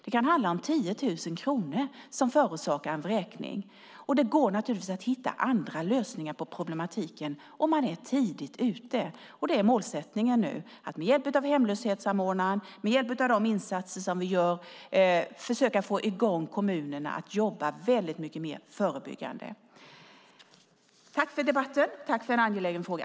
Det kan vara 10 000 kronor som förorsakar en vräkning. Det går naturligtvis att hitta andra lösningar på problematiken om man är tidigt ute. Det är målsättningen nu, att med hjälp av hemlöshetssamordnaren och med hjälp av de insatser som vi gör försöka få i gång kommunerna att jobba mycket mer förebyggande. Tack för debatten! Tack för en angelägen fråga!